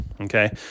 Okay